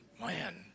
man